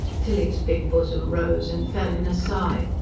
tilly's big bosom rose and fell in a sigh.